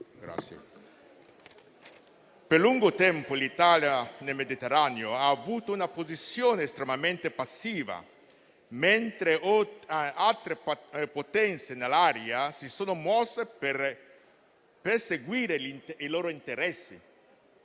Per lungo tempo, l'Italia nel Mediterraneo ha avuto una posizione estremamente passiva, mentre altre potenze nell'area si sono mosse per perseguire i loro interessi,